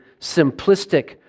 simplistic